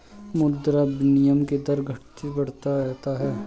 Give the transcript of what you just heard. मुद्रा विनिमय के दर घटता बढ़ता रहता है